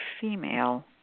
female